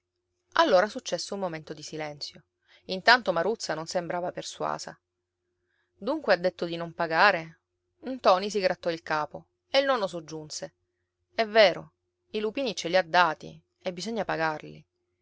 allora successe un momento di silenzio intanto maruzza non sembrava persuasa dunque ha detto di non pagare ntoni si grattò il capo e il nonno soggiunse è vero i lupini ce li ha dati e bisogna pagarli